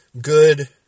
good